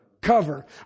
cover